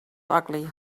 ugly